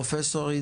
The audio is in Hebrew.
פרופסור?